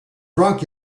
drunk